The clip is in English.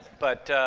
but,